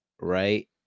right